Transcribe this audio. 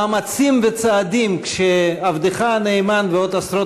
מאמצים וצעדים כשעבדך הנאמן ועוד עשרות